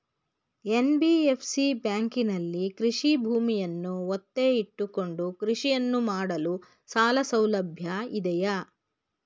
NBFC ಬ್ಯಾಂಕಿನಲ್ಲಿ ಕೃಷಿ ಭೂಮಿಯನ್ನು ಒತ್ತೆ ಇಟ್ಟುಕೊಂಡು ಕೃಷಿಯನ್ನು ಮಾಡಲು ಸಾಲಸೌಲಭ್ಯ ಇದೆಯಾ?